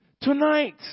Tonight